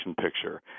picture